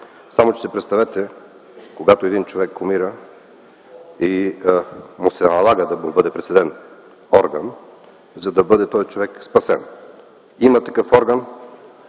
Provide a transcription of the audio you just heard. само че си представете, че един човек умира и му се налага да му бъде присаден орган, за да бъде спасен. Има такъв орган